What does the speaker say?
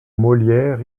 molière